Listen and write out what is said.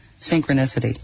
synchronicity